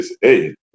hey